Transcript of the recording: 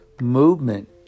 movement